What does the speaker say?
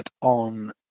on